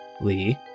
Lee